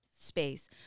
space